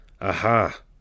Aha